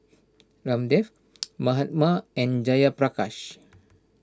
Ramdev Mahatma and Jayaprakash